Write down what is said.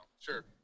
Sure